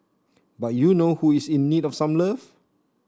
but you know who is in need of some love